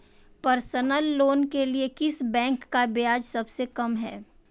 Personal loan के लिए किस बैंक का ब्याज सबसे कम है?